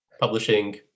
publishing